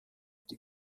die